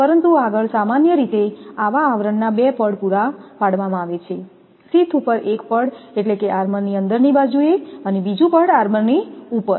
પરંતુ આગળ સામાન્ય રીતે આવા આવરણના 2 પડ પૂરા પાડવામાં આવે છે શીથ ઉપર એક પડ એટલે કે આર્મર ની અંદરની બાજુએ અને બીજું પડ આર્મર ની ઉપર